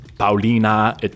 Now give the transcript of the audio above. Paulina